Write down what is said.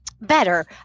better